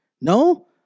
No